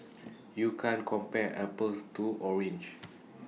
you can't compare apples to orange